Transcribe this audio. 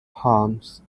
harms